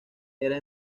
era